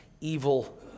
evil